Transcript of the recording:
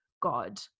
God